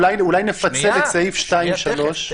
אולי נפצל את סעיף 2(3) -- שנייה,